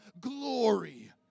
glory